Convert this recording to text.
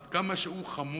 עד כמה שהוא חמור.